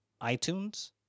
iTunes